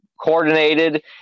coordinated